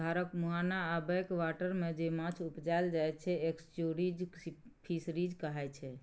धारक मुहाना आ बैक बाटरमे जे माछ उपजाएल जाइ छै एस्च्युरीज फिशरीज कहाइ छै